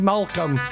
Malcolm